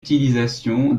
utilisation